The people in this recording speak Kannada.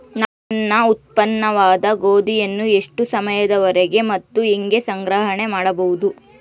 ನಾನು ನನ್ನ ಉತ್ಪನ್ನವಾದ ಗೋಧಿಯನ್ನು ಎಷ್ಟು ಸಮಯದವರೆಗೆ ಮತ್ತು ಹೇಗೆ ಸಂಗ್ರಹಣೆ ಮಾಡಬಹುದು?